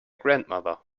grandmother